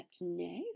no